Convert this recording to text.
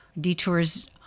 detours